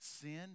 Sin